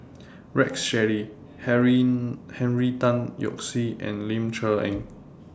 Rex Shelley Henry Henry Tan Yoke See and Ling Cher Eng